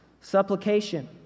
Supplication